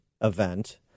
event